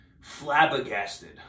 flabbergasted